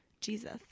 Jesus